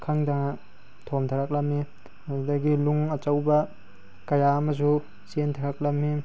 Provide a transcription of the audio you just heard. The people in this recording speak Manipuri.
ꯈꯪꯗꯅ ꯊꯣꯝꯗꯔꯛꯂꯝꯃꯤ ꯃꯗꯨꯗꯒꯤ ꯅꯨꯡ ꯑꯆꯧꯕ ꯀꯌꯥ ꯑꯃꯁꯨ ꯆꯦꯟꯊꯔꯛꯂꯝꯃꯤ